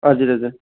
हजुर हजुर